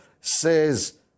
says